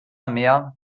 mehr